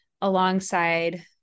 alongside